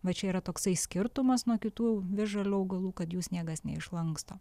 va čia yra toksai skirtumas nuo kitų visžalių augalų kad jų sniegas neišlanksto